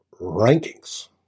rankings